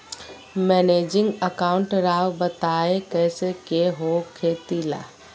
Managing account राव बताएं कैसे के हो खेती ला?